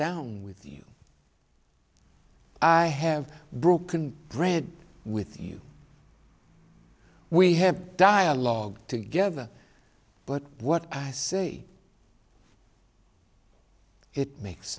down with you i have broken bread with you we have dialogue together but what i say it makes